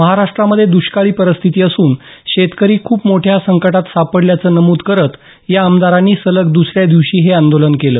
महाराष्ट्रामध्ये दुष्काळी परिस्थिती असून शेतकरी ख्र्प मोठ्या संकटात सापडल्याचं नमुद करत या आमदारांनी सलग दुसऱ्या दिवशी हे आंदोलन केलं